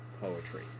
poetry